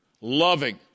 loving